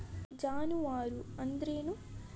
ಜಾನುವಾರು ಅಂದ್ರೇನು?